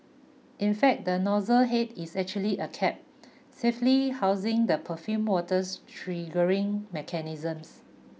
in fact the nozzle head is actually a cap safely housing the perfumed water's triggering mechanisms